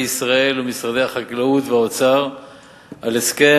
ישראל ומשרדי החקלאות והאוצר על הסכם,